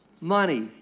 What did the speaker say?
money